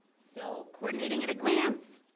so coordinating at a glance,